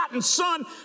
son